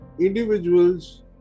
individuals